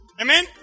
Amen